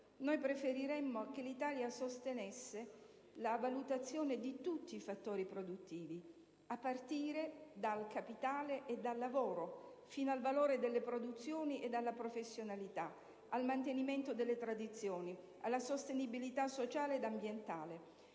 Noi preferiremmo che l'Italia sostenesse la valutazione di tutti i fattori produttivi, a partire dal capitale e dal lavoro, fino al valore delle produzioni e della professionalità, al mantenimento delle tradizioni, alla sostenibilità sociale ed ambientale.